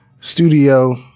studio